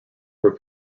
were